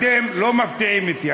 אתם לא מפתיעים אותי.